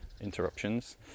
interruptions